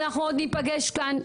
אנחנו עוד נפגש כאן,